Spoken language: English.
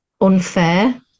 unfair